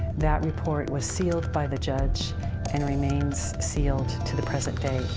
that report was sealed by the judge and remains sealed to the present day